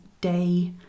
day